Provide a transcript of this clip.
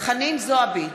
חנין זועבי,